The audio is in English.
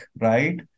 right